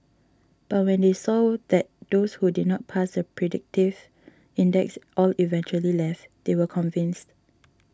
but when they saw that those who did not pass the predictive index all eventually left they were convinced